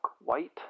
white